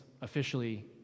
officially